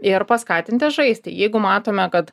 ir paskatinti žaisti jeigu matome kad